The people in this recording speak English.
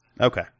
Okay